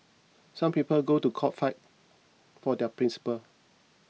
some people go to court fight for their principle